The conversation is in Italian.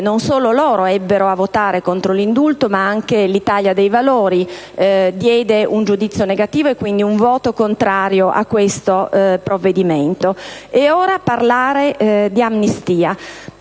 non solo loro votarono contro l'indulto, ma anche l'Italia dei Valori diede un giudizio negativo e un voto contrario a quel provvedimento. Parlando ora di amnistia,